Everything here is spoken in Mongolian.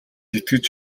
итгэж